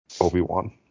Obi-Wan